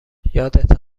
یادت